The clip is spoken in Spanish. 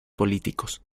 políticos